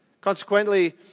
Consequently